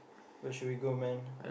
where should we go man